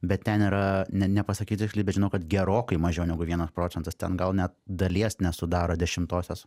bet ten yra ne nepasakau tiksliai bet žinau kad gerokai mažiau negu vienas procentas ten gal net dalies nesudaro dešimtosios